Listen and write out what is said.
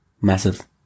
massive